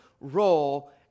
role